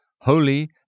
holy